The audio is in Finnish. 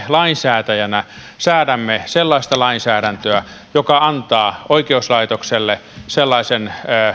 lainsäätäjinä säädämme sellaista lainsäädäntöä joka antaa oikeuslaitokselle sellaisen